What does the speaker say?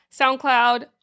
SoundCloud